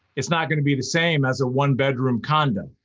it's not going to be the same as a one-bedroom condo.